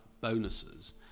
bonuses